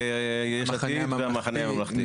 יש עתיד והמחנה הממלכתי?